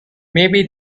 maybe